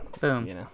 Boom